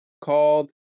called